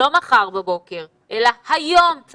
לא מחר בבוקר אלא היום,